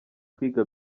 kwiga